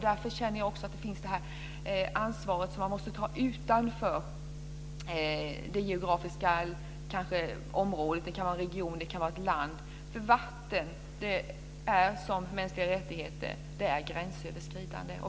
Därför känner jag att man måste ta ett ansvar utanför det geografiska området. Det kan var en region eller ett land. Vatten är som mänskliga rättigheter - det är gränsöverskridande.